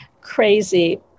crazy